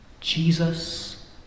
Jesus